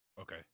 Okay